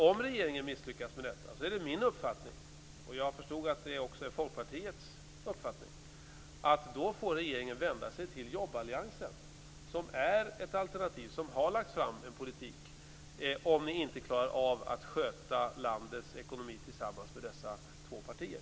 Om regeringen misslyckas är det min uppfattning - och jag förstår även Folkpartiets uppfattning - att då får regeringen vända sig till jobballiansen. Den är ett alternativ och har lagt fram en politik om regeringen inte klarar att sköta landets ekonomi tillsammans med dessa två partier.